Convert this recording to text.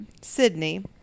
Sydney